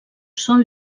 sol